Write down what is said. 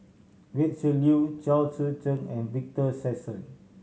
Gretchen Liu Chao Tzee Cheng and Victor Sassoon